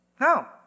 No